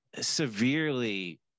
severely